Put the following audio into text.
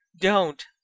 Don't